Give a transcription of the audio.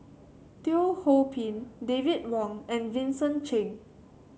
Teo Ho Pin David Wong and Vincent Cheng